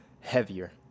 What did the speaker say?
heavier